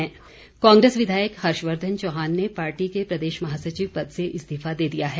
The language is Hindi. इस्तीफा कांग्रेस विधायक हषवर्धन चौहान ने पार्टी के प्रदेश महासचिव पद से इस्तीफा दे दिया है